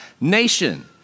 nation